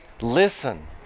listen